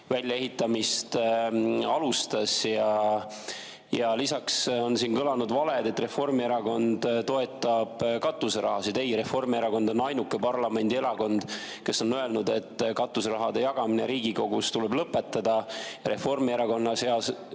väljaehitamist alustas. Ja lisaks on siin kõlanud valed, et Reformierakond toetab katuserahasid. Ei, Reformierakond on ainuke parlamendierakond, kes on öelnud, et katuserahade jagamine Riigikogus tuleb lõpetada. Reformierakonna